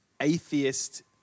atheist